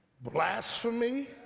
blasphemy